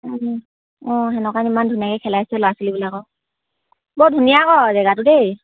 অঁ তেনেকুৱা ইমান ধুনীয়াকে খেলাইছে ল'ৰা ছোৱালীবিলাকক বৰ ধুনীয়া হয় জেগাটো দেই